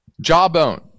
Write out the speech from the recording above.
jawbone